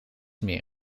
meer